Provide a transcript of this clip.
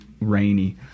rainy